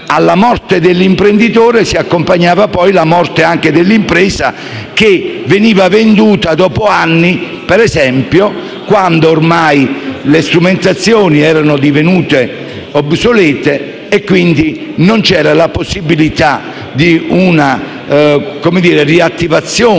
"alla morte" dell'imprenditore si accompagnava la morte dell'impresa, che veniva venduta dopo anni, quando ormai le strumentazioni erano divenute obsolete e non c'era la possibilità di una riattivazione